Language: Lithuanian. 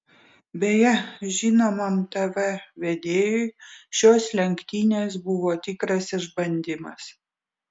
beje žinomam tv vedėjui šios lenktynės buvo tikras išbandymas